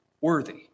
worthy